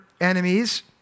enemies